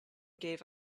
gave